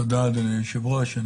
תודה, אדוני היושב ראש.